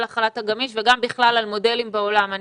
החל"ת הגמיש וגם בכלל על מודלים בעולם.